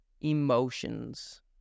emotions